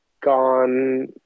gone